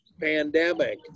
pandemic